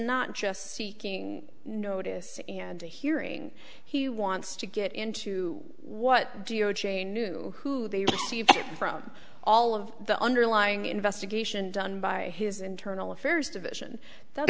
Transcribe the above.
not just seeking notice and a hearing he wants to get into what geo chain knew who the from all of the underlying investigation done by his internal affairs division that's